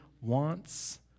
wants